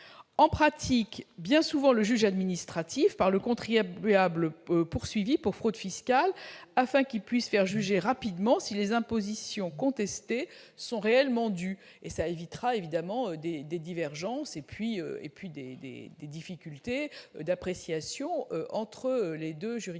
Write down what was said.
pratique, bien souvent, le juge administratif -par le contribuable poursuivi pour fraude fiscale, afin qu'il puisse faire juger rapidement si les impositions contestées sont réellement dues. Cela évitera des divergences et des difficultés d'appréciation entre les deux juridictions